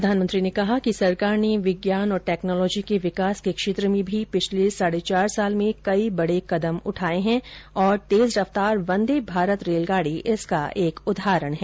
प्रधानमंत्री ने कहा कि सरकार ने विज्ञान और टेक्नोलॉजी के विकास के क्षेत्र में भी पिछले साढ़े चार साल में कई बड़े कदम उठाए हैं और तेज रफ्तार वंदे भारत रेलगाडी इसका एक उदाहरण है